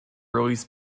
released